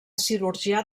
cirurgià